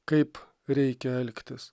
kaip reikia elgtis